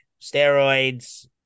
steroids